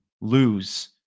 lose